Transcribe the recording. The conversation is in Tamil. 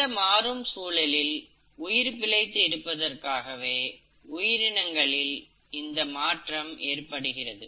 இந்த மாறும் சூழலில் உயிர் பிழைத்து இருப்பதற்காகவே உயிரினங்களில் இந்த மாற்றம் ஏற்படுகிறது